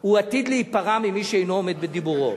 הוא עתיד להיפרע ממי שאינו עומד בדיבורו".